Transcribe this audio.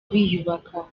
biyubaka